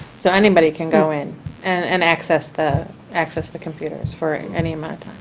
so anybody can go in and and access the access the computers for any amount